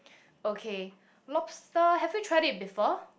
okay lobster have you tried it before